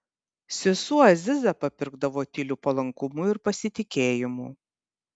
sesuo aziza papirkdavo tyliu palankumu ir pasitikėjimu